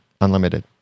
unlimited